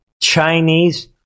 Chinese